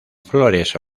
flores